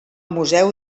museu